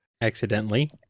accidentally